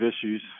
issues